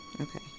Okay